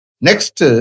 Next